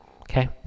Okay